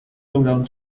lograron